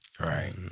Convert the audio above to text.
Right